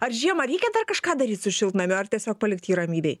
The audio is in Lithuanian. ar žiemą reikia dar kažką daryt su šiltnamiu ar tiesiog palikt jį ramybėj